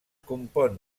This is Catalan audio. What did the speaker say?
compon